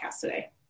today